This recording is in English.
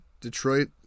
Detroit